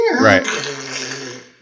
Right